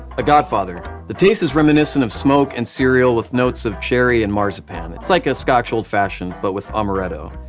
a godfather. the taste is reminiscent of smoke and cereal with notes of cherry and marzipan. it's like a scotch old-fashioned but with amaretto.